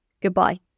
goodbye